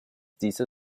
dieser